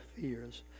fears